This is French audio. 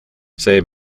c’est